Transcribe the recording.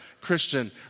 Christian